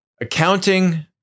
accounting